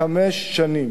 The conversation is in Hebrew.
היא תוארך בחמש שנים.